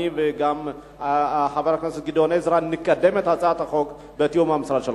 אני וגם חבר הכנסת גדעון עזרא נקדם את הצעת החוק בתיאום עם המשרד שלך.